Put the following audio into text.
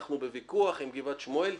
אנחנו בוויכוח עם גבעת שמואל,